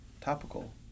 topical